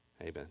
Amen